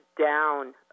down